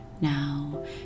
Now